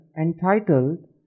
entitled